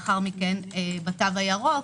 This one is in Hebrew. לאחר כמן בתו הירוק.